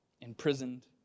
imprisoned